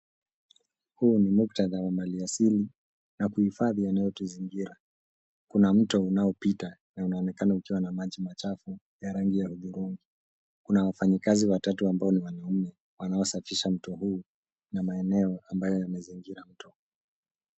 Huu ni muktadha wa mali asili na kuhifadhi yanayotuzingira. Kuna mto unaopita na unaonekana ukiwa na maji machafu ya rangi ya njano. Kuna wafanyakazi watatu ambao ni wanaume wanaosafisha mto huu na maeneo ambayo yamezingira mto.